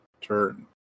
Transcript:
turn